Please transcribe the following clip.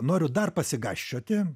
noriu dar pasigąsčioti